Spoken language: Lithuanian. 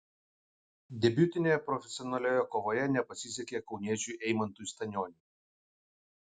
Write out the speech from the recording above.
debiutinėje profesionalioje kovoje nepasisekė kauniečiui eimantui stanioniui